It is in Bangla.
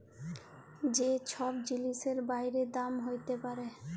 যে ছব জিলিসের বাইড়ে দাম হ্যইতে পারে